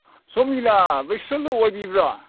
ꯁꯣꯝꯁꯤꯅ ꯕꯤꯁꯥꯂꯨ ꯑꯣꯏꯕꯤꯕ꯭ꯔ